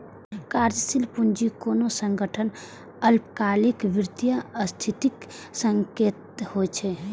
कार्यशील पूंजी कोनो संगठनक अल्पकालिक वित्तीय स्थितिक संकेतक होइ छै